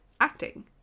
acting